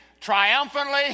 triumphantly